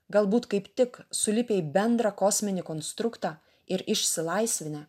galbūt kaip tik sulipę į bendrą kosminį konstruktą ir išsilaisvinę